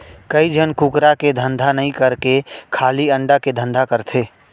कइ झन कुकरा के धंधा नई करके खाली अंडा के धंधा करथे